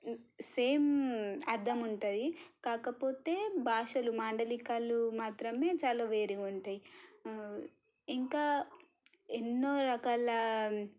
same అర్థం ఉంటుంది కాకపోతే భాషలు మాండలికాలు మాత్రమే చాలా వేరుగా ఉంటాయి ఇంకా ఎన్నో రకాల